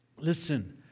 Listen